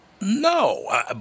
No